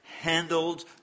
handled